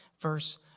verse